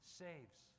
saves